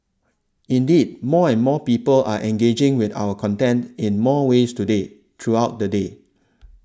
indeed more and more people are engaging with our content in more ways today throughout the day